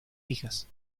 hijas